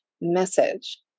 message